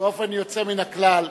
יוצא מן הכלל,